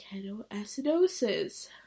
ketoacidosis